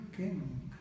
king